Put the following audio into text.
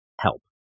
help